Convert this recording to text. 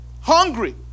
hungry